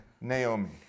Naomi